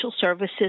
services